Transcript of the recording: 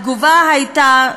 התגובה הייתה,